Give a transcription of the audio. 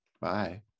bye